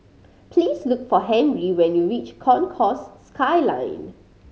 please look for Henry when you reach Concourse Skyline